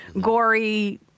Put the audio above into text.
gory